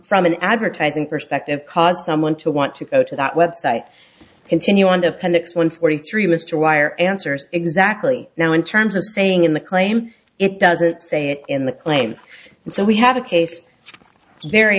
from an advertising perspective caused someone to want to go to that website continue and appendix one forty three mr wire answers exactly now in terms of saying in the claim it doesn't say it in the claim and so we have a case very